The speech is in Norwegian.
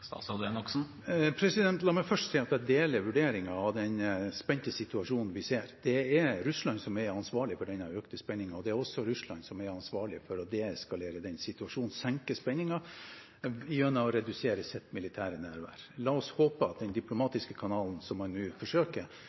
La meg først si at jeg deler vurderingen av den spente situasjonen vi ser. Det er Russland som er ansvarlig for denne økte spenningen, og det er også Russland som er ansvarlig for å deeskalere den situasjonen, altså senke spenningen gjennom å redusere sitt militære nærvær. La oss håpe at den diplomatiske kanalen som man nå forsøker,